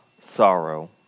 sorrow